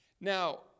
Now